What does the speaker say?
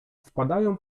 wpadają